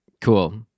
Cool